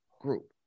Group